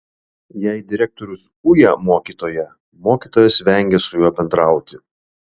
jei direktorius uja mokytoją mokytojas vengia su juo bendrauti